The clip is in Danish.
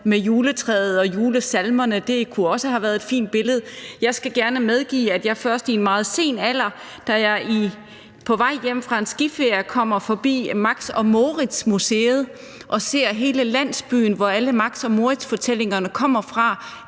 med juletræet og julesalmerne. Det kunne også have været et fint billede. Jeg skal gerne medgive, at det først i en meget sen alder – da jeg på vej hjem fra skiferie kommer forbi Max og Moritz-museet og ser hele landsbyen, hvor alle Max og Moritz-fortællingerne kommer fra